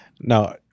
Now